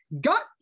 got